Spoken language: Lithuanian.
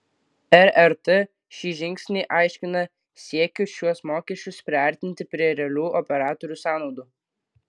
rrt šį žingsnį aiškina siekiu šiuos mokesčius priartinti prie realių operatorių sąnaudų